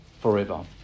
forever